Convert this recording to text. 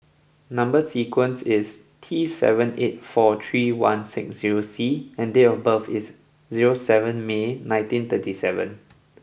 number sequence is T seven eight four three one six zero C and date of birth is zero seven May nineteen thirty seven